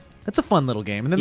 it's a fun little game. and and